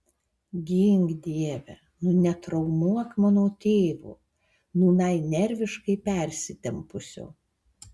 gink dieve netraumuok mano tėvo nūnai nerviškai persitempusio